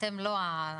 אתם לא.